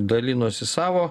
dalinosi savo